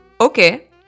Okay